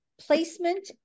Placement